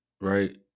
right